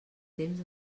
temps